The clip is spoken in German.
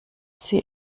sie